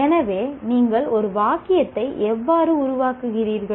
எனவே நீங்கள் ஒரு வாக்கியத்தை எவ்வாறு உருவாக்குகிறீர்கள்